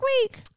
week